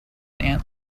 aunt